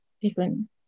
different